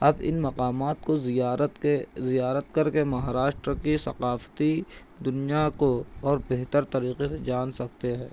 اب ان مقامات کو زیارت کے زیارت کر کے مہاراشٹر کی ثقافتی دنیا کو بہت بہتر طریقے سے جان سکتے ہیں